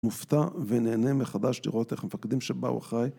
מופתע ונהנה מחדש לראות איך המפקדים שבאו אחרי.